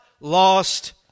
lost